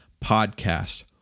podcast